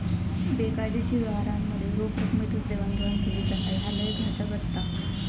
बेकायदेशीर व्यवहारांमध्ये रोख रकमेतच देवाणघेवाण केली जाता, ह्या लय घातक असता